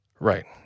Right